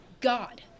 God